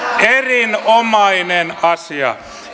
erinomainen asia